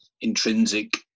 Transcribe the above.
intrinsic